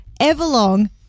Everlong